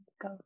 go